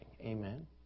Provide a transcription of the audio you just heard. Amen